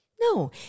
No